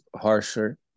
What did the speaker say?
harsher